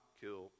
kill